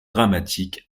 dramatiques